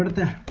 the